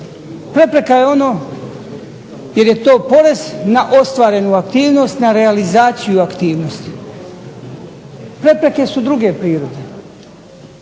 Prepreka je ono jer je to porez na ostvarenu aktivnost, na realizaciju aktivnosti, prepreke su druge prirode.